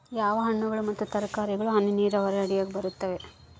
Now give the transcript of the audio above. ಯಾವ ಹಣ್ಣುಗಳು ಮತ್ತು ತರಕಾರಿಗಳು ಹನಿ ನೇರಾವರಿ ಅಡಿಯಾಗ ಬರುತ್ತವೆ?